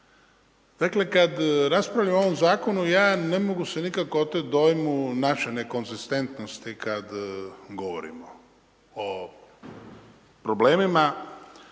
i kolege. Kada raspravljamo o ovom zakonu, ja ne mogu se nikako oteti dojmu naše nekonzistentnosti kada govorimo o problemima.